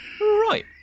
Right